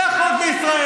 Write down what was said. זה החוק בישראל.